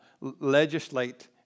legislate